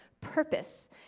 purpose